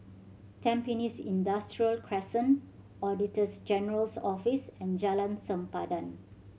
Tampines Industrial Crescent Auditors General's Office and Jalan Sempadan